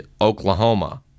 Oklahoma